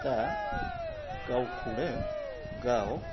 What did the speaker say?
दा गावखौनो गाव